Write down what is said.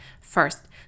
First